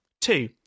Two